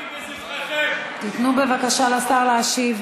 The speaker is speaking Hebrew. תיתנו בבקשה לשר להשיב.